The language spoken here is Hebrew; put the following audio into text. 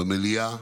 במליאה,